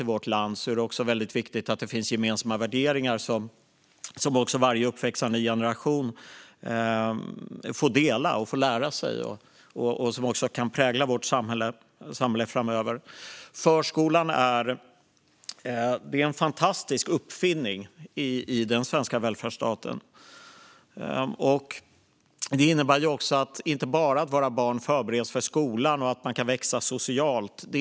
I vårt land är det väldigt viktigt att det finns gemensamma värderingar, som varje uppväxande generation får dela och får lära sig och som också kan prägla vårt samhälle framöver. Förskolan är en fantastisk uppfinning i den svenska välfärdsstaten. Den innebär inte bara att våra barn förbereds för skolan och att de kan växa socialt.